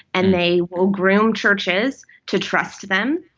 and they will groom churches to trust them.